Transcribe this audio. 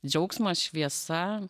džiaugsmas šviesa